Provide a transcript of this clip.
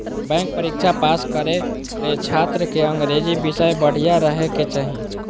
bank परीक्षा पास करे ले छात्र के अंग्रेजी विषय बढ़िया रहे के चाही